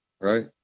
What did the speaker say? Right